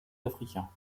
africains